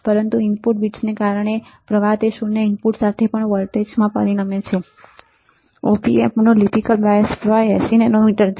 પરંતુ ઇનપુટ બિડ્સને કારણે વર્તમાન તે શૂન્ય ઇનપુટ સાથે પણ આઉટ વોલ્ટેજમાં પરિણમે છે •op ampનો લિપિકલ બાયસ પ્રવાહ 80 nA છે